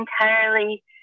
entirely